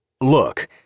Look